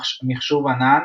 מחשוב ענן,